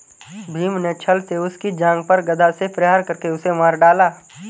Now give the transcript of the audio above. भीम ने छ्ल से उसकी जांघ पर गदा से प्रहार करके उसे मार डाला